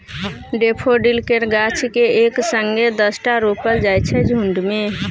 daffodil केर गाछ केँ एक संगे दसटा रोपल जाइ छै झुण्ड मे